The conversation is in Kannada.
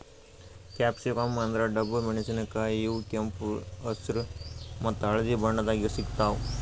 ಕ್ಯಾಪ್ಸಿಕಂ ಅಂದ್ರ ಡಬ್ಬು ಮೆಣಸಿನಕಾಯಿ ಇವ್ ಕೆಂಪ್ ಹೆಸ್ರ್ ಮತ್ತ್ ಹಳ್ದಿ ಬಣ್ಣದಾಗ್ ಸಿಗ್ತಾವ್